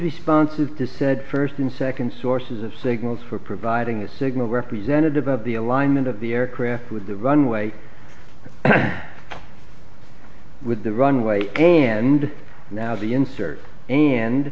responses to said first and second sources of signals for providing a signal representative of the alignment of the aircraft with the runway with the runway and now the insert and